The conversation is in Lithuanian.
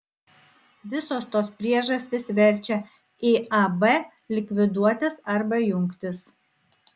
visos tos priežastys verčia iab likviduotis arba jungtis